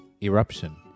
Eruption